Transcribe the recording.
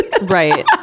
Right